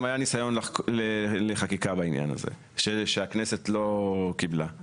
גם היה ניסיון לחקיקה בעניין הזה שהכנסת לא קיבלה.